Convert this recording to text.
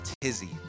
tizzy